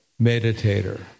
meditator